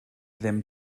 ddim